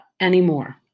anymore